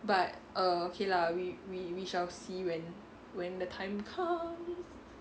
but err okay lah we we we shall see when when the time comes